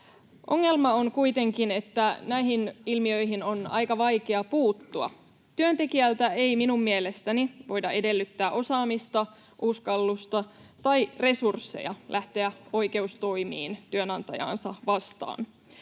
Ongelma on kuitenkin, että näihin ilmiöihin on aika vaikea puuttua. Työntekijältä ei minun mielestäni voida edellyttää osaamista, uskallusta tai resursseja lähteä oikeustoimiin työnantajaansa vastaan.